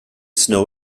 snow